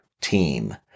team